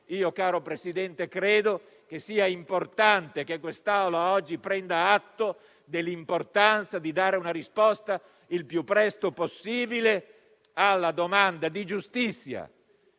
caro Presidente, credo sia importante che questa Assemblea oggi prenda atto dell'importanza di rispondere il più presto possibile alla domanda di giustizia